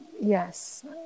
yes